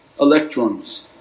electrons